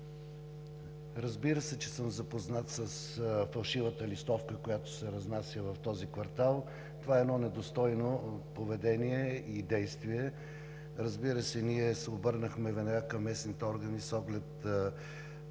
Разбира се, че съм запознат с фалшивата листовка, която се разнася в този квартал. Това е недостойно поведение и действие. Ние се обърнахме веднага към местните органи с оглед